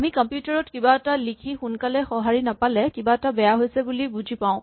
আমি কম্পিউটাৰ ত কিবা এটা লিখি সোনকালে সহাঁৰি নাপালে কিবা এটা বেয়া হৈছে বুলি বুজি পাওঁ